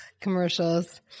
commercials